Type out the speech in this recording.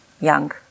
young